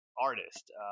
artist